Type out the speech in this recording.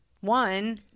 One